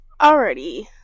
Alrighty